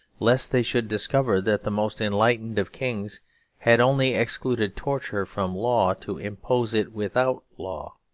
lest they should discover that the most enlightened of kings had only excluded torture from law to impose it without law.